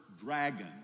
dragon